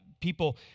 People